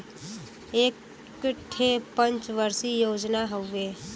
एक ठे पंच वर्षीय योजना हउवे